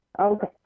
Okay